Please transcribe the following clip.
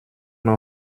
n’en